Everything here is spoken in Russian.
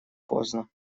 поздно